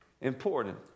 important